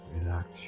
Relax